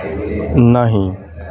नहि